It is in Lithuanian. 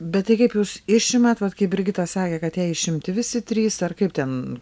bet tai kaip jūs išimat vat kaip brigita sakė kad jai išimti visi trys ar kaip ten